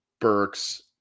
Burks